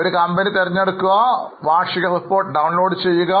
ഒരു കമ്പനിയെ തിരഞ്ഞെടുക്കുക വാർഷിക റിപ്പോർട്ട് ഡൌൺലോഡ് ചെയ്യുക